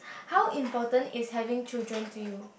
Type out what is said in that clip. how important is having children to you